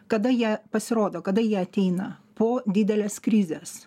kada jie pasirodo kada jie ateina po didelės krizės